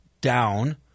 down